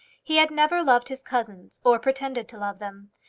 he had never loved his cousins, or pretended to love them.